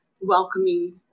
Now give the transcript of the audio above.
welcoming